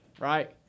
Right